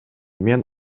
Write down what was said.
мен